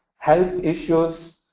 health issues,